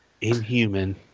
inhuman